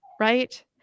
right